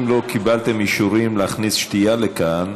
אם לא קיבלתם אישורים להכניס שתייה לכאן,